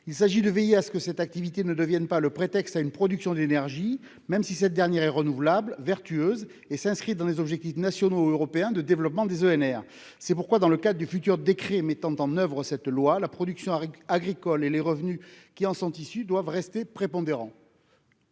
Il s'agit de veiller à ce que cette activité ne devienne pas le prétexte à une production d'énergie, même si cette dernière est renouvelable, vertueuse, et s'inscrit dans les objectifs nationaux et européens de développement des énergies renouvelables. C'est pourquoi, dans le cadre du futur décret mettant en oeuvre ce texte, la production agricole et les revenus qui en sont issus doivent rester prépondérants.